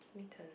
me turn